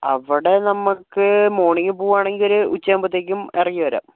അവിടെ നമുക്ക് മോണിംഗ് പോവുകയാണെങ്കിൽ ഒരു ഉച്ച ആവുമ്പോഴത്തേക്കും ഇറങ്ങി വരാം